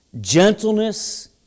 gentleness